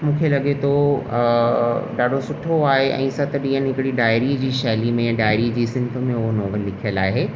मूंखे लॻे थो ॾाढो सुठो आहे ऐं सत ॾींहंनि हिकिड़ी डाएरी जी शैली में डाएरी जी सिंख में उहो नॉवेल लिखियल आहे